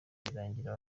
birangira